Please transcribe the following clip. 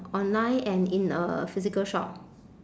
online and in a physical shop